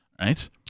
right